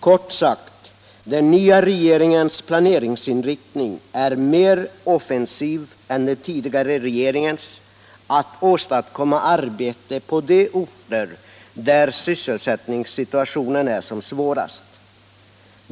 Kort sagt: Den nya regeringens planeringsinriktning är mer offensiv än den tidigare regeringens när det gäller att åstadkomma arbete på de orter där sysselsättningssituationen är som svårast.